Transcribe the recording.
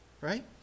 right